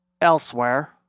elsewhere